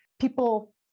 People